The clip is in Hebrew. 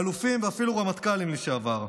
אלופים ואפילו רמטכ"לים לשעבר,